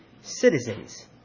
citizens